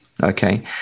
Okay